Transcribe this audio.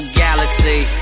galaxy